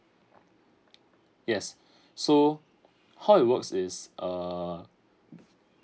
yes so how it works is err